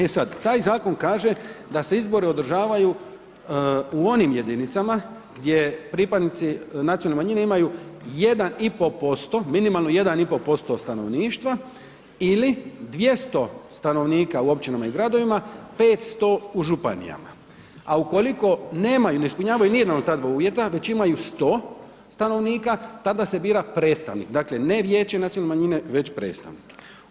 E sad, taj zakon kaže da se izbori održavaju u onim jedinicama gdje pripadnici nacionalne manjine imaju 1,5%, minimalno 1,5% stanovništva ili 200 stanovnika u općinama i gradovima, 500 u županijama, a ukoliko nemaju, ne ispunjavaju nijedan od ta dva uvjeta, već imaju 100 stanovnika, tada se bira predstavnik, dakle, ne vijeće nacionalne manjine, već predstavnike.